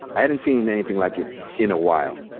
i hadn't seen anything like it in a while.